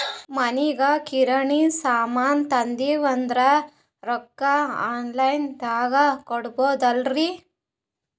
ಮನಿಗಿ ಕಿರಾಣಿ ಸಾಮಾನ ತಂದಿವಂದ್ರ ರೊಕ್ಕ ಆನ್ ಲೈನ್ ದಾಗ ಕೊಡ್ಬೋದಲ್ರಿ?